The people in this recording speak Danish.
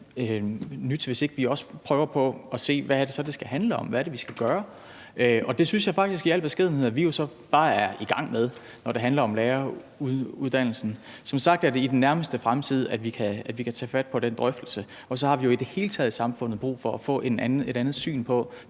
nyt, hvis ikke vi også prøver på at se, hvad det så er, det skal handle om, og hvad det er, vi skal gøre. Og det synes jeg faktisk i al beskedenhed at vi jo så bare er i gang med, når det handler om læreruddannelsen. Som sagt er det i den nærmeste fremtid, at vi kan tage fat på den drøftelse. Og så har vi jo i det hele taget brug for i samfundet at få et andet syn på